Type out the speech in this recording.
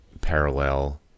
parallel